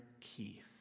Keith